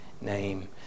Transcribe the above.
name